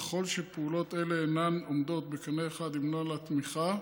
ככל שפעולות אלה אינן עולות בקנה אחד עם נוהל התמיכה,